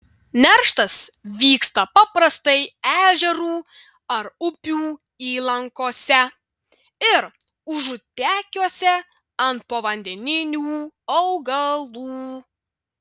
nerštas vyksta paprastai ežerų ar upių įlankose ir užutekiuose ant povandeninių augalų